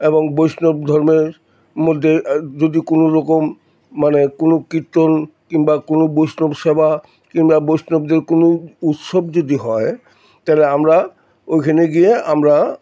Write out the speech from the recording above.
এবং বৈষ্ণব ধর্মের মধ্যে যদি কোন রকম মানে কোনো কীর্তন কিংবা কোনো বৈষ্ণব সেবা কিংবা বৈষ্ণবদের কোনো উৎসব যদি হয় তাহলে আমরা ওইখানে গিয়ে আমরা